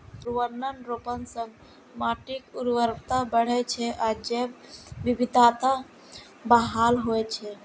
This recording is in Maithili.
पुनर्वनरोपण सं माटिक उर्वरता बढ़ै छै आ जैव विविधता बहाल होइ छै